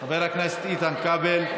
חבר הכנסת איתן כבל,